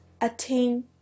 attain